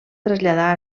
traslladar